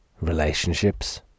relationships